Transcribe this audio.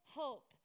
hope